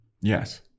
yes